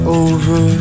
over